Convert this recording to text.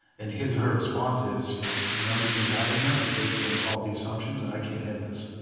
and his or her response is you know the numbers you have in here are based on faulty assumptions, and i can't hit this.